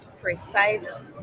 precise